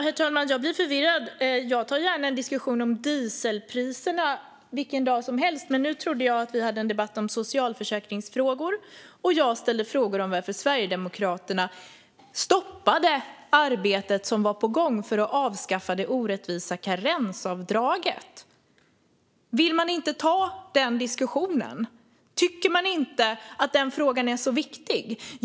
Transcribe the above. Herr talman! Jag blir förvirrad. Jag tar gärna en diskussion om dieselpriserna vilken dag som helst, men nu trodde jag att vi hade en debatt om socialförsäkringsfrågor. Jag ställde frågor om varför Sverigedemokraterna stoppade arbetet som var på gång med att stoppa det orättvisa karensavdraget. Vill man inte ta den diskussionen? Tycker man att den frågan inte är viktig?